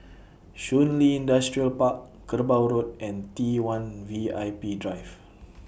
Shun Li Industrial Park Kerbau Road and T one V I P Drive